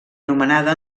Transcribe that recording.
anomenada